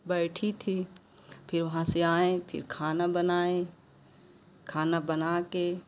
बैठी थी फिर वहाँ से आएँ फिर खाना बनाएँ खाना बना कर